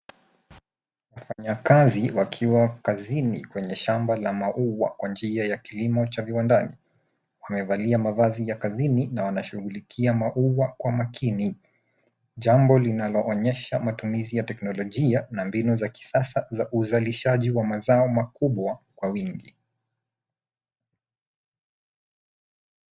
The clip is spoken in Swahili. Wafanyakazi wakiwa kazini kwenye shamba la maua kwa njia ya kilimo cha viwandani. Wamevalia mavazi ya kazini na wanashughulikia maua kwa makini. Jambo linaloonyesha matumizi ya teknolojia na mbinu za kisasa za uzalishaji wa mazao makubwa kwa wingi.